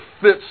fits